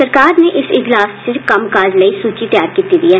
सरकार नै इस इजलास इच कम्मकाज लेई सुचि तेयार कीत्ती दी ऐ